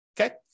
okay